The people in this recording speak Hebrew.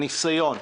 הניסיון,